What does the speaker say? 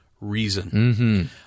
reason